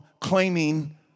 claiming